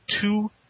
two